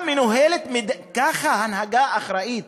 ככה הנהגה אחראית,